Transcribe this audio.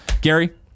Gary